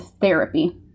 therapy